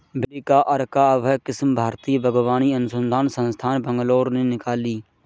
भिंडी की अर्का अभय किस्म भारतीय बागवानी अनुसंधान संस्थान, बैंगलोर ने निकाली